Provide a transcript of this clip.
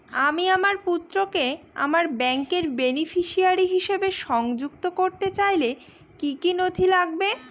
আমি আমার পুত্রকে আমার ব্যাংকের বেনিফিসিয়ারি হিসেবে সংযুক্ত করতে চাইলে কি কী নথি লাগবে?